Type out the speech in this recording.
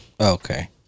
okay